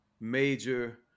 major